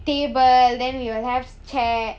table then we will have chair